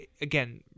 again